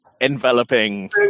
enveloping